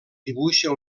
dibuixa